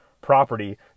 property